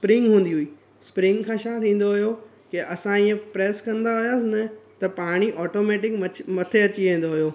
spring हूंदी हुई spring खां छा थींदो हुयो के असां ईअं प्रैस कंदा हुआसीं न त पाणी ऑटोमैटिक मछ मथे अची वेंदो हुयो